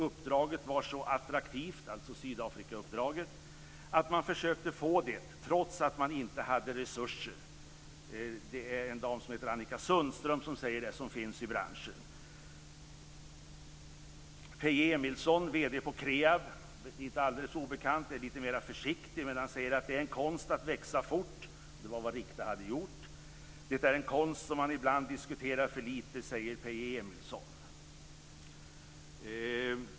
Uppdraget var så attraktivt, alltså Sydafrikauppdraget, att man försökte få det trots att man inte hade resurser. Det är en dam som heter Annika Sundström, som finns i branschen, som säger det. Peje Emilsson, vd på Kreab, inte alldeles obekant, är lite mer försiktig. Han säger att det är en konst att växa fort. Det var vad Rikta hade gjort. Det är en konst som man ibland diskuterar för lite, säger Peje Emilsson.